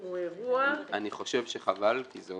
הוא אירוע --- אני חושב שזה חבל כי זה